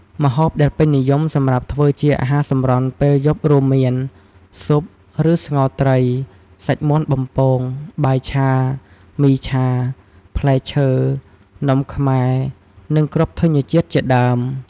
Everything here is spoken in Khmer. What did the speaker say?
ម្ហូបដែលពេញនិយមសម្រាប់ធ្វើជាអាហារសម្រន់ពេលយប់រួមមាន ស៊ុប ឬស្ងោរត្រី សាច់មាន់បំពង បាយឆា មីឆា ផ្លែឈើ នំខ្មែរ និងគ្រាប់ធញ្ញជាតិជាដើម។